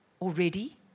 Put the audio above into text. already